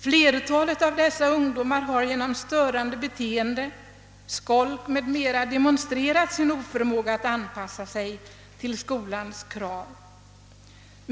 Flertalet av dessa ungdomar har genom störande beteende, skolk m.m. demonstrerat sin oförmåga att anpassa sig till skolans krav.